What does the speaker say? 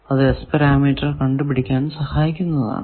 അത് S parameter കണ്ടുപിടിക്കാൻ സഹായിക്കുന്നതാണ്